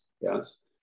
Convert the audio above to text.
yes